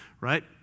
right